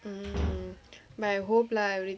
mm my hope lah already